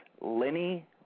Lenny